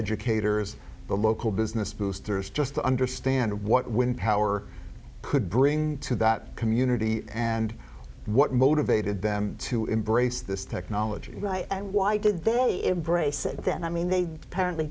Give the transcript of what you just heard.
educators the local business boosters just to understand what wind power could bring to that community and what motivated them to embrace this technology and why did they embrace it then i mean they apparently